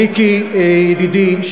מיקי ידידי,